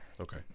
okay